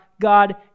God